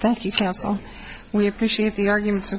thank you counsel we appreciate the argument